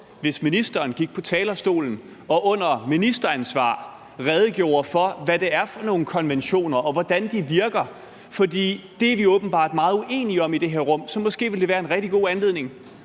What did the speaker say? hvis ministeren gik på talerstolen og under ministeransvar redegjorde for, hvad det er for nogle konventioner, og hvordan de virker, for det er vi åbenbart meget uenige om i det her rum. Så måske ville det være en rigtig god anledning